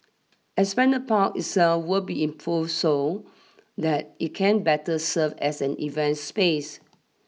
Esplanade Park itself will be improved so that it can better serve as an event space